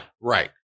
Right